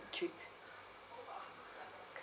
trip